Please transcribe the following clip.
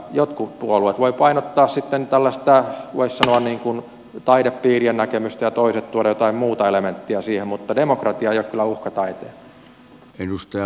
jotkut puolueet voivat painottaa sitten tällaista voisi sanoa niin kuin taidepiirien näkemystä ja toiset tuoda jotain muuta elementtiä siihen mutta demokratia ei ole kyllä uhka taiteelle